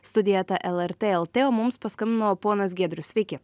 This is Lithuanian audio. studija eta lrt lt o mums paskambino ponas giedrius sveiki